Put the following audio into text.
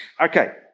Okay